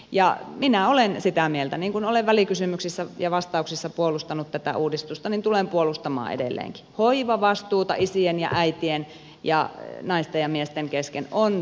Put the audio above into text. ja minä olen sitä mieltä että niin kuin olen välikysymyksissä ja vastauksissa puolustanut tätä uudistusta tulen puolustamaan edelleenkin hoivavastuuta isien ja äitien ja naisten ja miesten kesken on tasattava